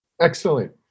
Excellent